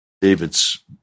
David's